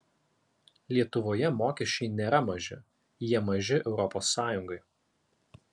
lietuvoje mokesčiai nėra maži jie maži europos sąjungai